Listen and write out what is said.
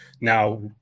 Now